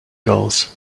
gulls